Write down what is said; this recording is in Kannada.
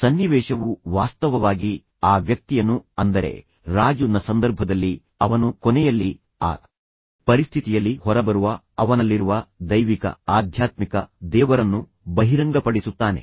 ಸನ್ನಿವೇಶವು ವಾಸ್ತವವಾಗಿ ಆ ವ್ಯಕ್ತಿಯನ್ನು ಅಂದರೆ ರಾಜು ನ ಸಂದರ್ಭದಲ್ಲಿ ಅವನು ಕೊನೆಯಲ್ಲಿ ಆ ಪರಿಸ್ಥಿತಿಯಲ್ಲಿ ಹೊರಬರುವ ಅವನಲ್ಲಿರುವ ದೈವಿಕ ಆಧ್ಯಾತ್ಮಿಕ ದೇವರನ್ನು ಬಹಿರಂಗಪಡಿಸುತ್ತಾನೆ